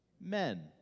men